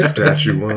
Statue